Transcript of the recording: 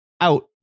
out